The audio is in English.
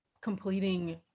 completing